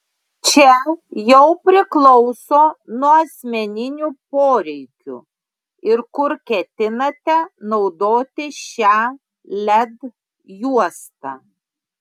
čia jau priklauso nuo asmeninių poreikių ir kur ketinate naudoti šią led juostą